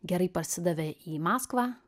gerai parsidavė į maskvą